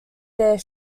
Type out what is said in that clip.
their